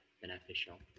beneficial